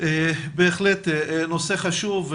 בהחלט נושא חשוב,